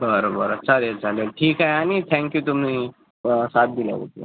बरं बरं चालेल चालेल ठीक आहे आणि थॅंक्यू तुम्ही साथ दिल्याबद्दल